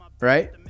right